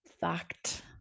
Fact